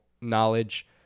knowledge